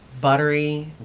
buttery